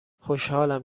خوشحالم